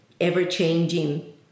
ever-changing